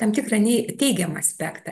tam tikrą nei teigiamą aspektą